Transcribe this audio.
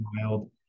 wild